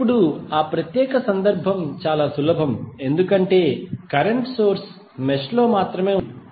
ఇప్పుడు ఆ ప్రత్యేక సందర్భం చాలా సులభం ఎందుకంటే కరెంట్ సోర్స్ మెష్ లో మాత్రమే ఉంది